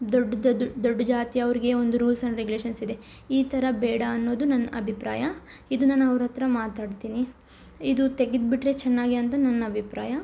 ದೊಡ್ದು ದೊಡ್ಡ ಜಾತಿಯವ್ರಿಗೇ ಒಂದು ರೂಲ್ಸ್ ಅಂಡ್ ರೇಗುಲೇಷನ್ಸ್ ಇದೆ ಈ ಥರ ಬೇಡ ಅನ್ನೋದು ನನ್ನ ಅಭಿಪ್ರಾಯ ಇದು ನಾನು ಅವರ ಹತ್ರ ಮಾತಾಡ್ತೀನಿ ಇದು ತೆಗೆದು ಬಿಟ್ಟರೆ ಚೆನ್ನಾಗಿ ಅಂತ ನನ್ನ ಅಭಿಪ್ರಾಯ